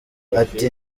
ati